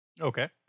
Okay